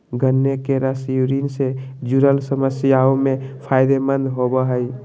गन्ने के रस यूरिन से जूरल समस्याओं में फायदे मंद होवो हइ